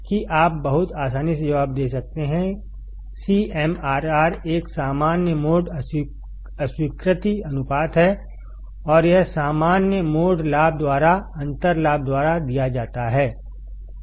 कि आप बहुत आसानी से जवाब दे सकते हैं CMRR एक सामान्य मोड अस्वीकृति अनुपात है और यह सामान्य मोड लाभ द्वारा अंतर लाभ द्वारा दिया जाता है